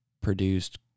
produced